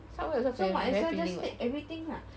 subway 好像 very very filling [what]